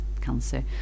cancer